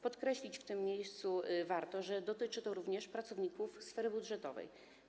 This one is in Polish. Podkreślić w tym miejscu warto, że dotyczy to również pracowników sfery budżetowej.